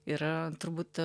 yra turbūt